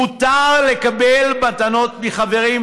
מותר לקבל מתנות מחברים.